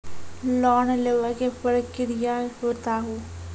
Loan लेवे के प्रक्रिया बताहू?